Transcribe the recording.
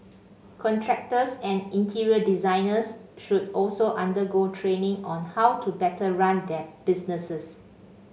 contractors and interior designers should also undergo training on how to better run their businesses